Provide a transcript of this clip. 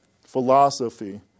philosophy